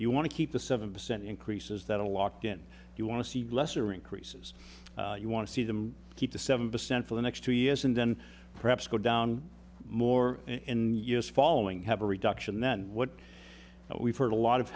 you want to keep the seven percent increases that a locked in you want to see lesser increases you want to see them keep the seven percent for the next two years and then perhaps go down more in the years following have a reduction in that what we've heard a lot of